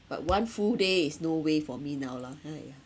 but one full day is no way for me now lah !haiya!